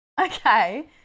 Okay